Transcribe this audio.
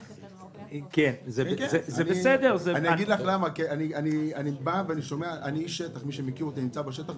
----- אני אגיד לך למה מי שמכיר אותי אני נמצא בשטח,